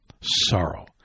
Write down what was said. Sorrow